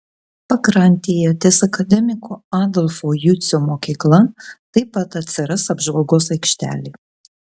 pakrantėje ties akademiko adolfo jucio mokykla taip pat atsiras apžvalgos aikštelė